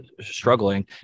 struggling